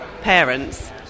parents